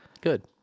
Good